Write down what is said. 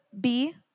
B-